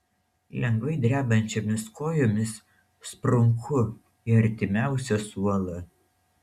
lengvai drebančiomis kojomis sprunku į artimiausią suolą